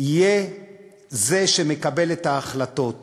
יהיה זה שמקבל את ההחלטות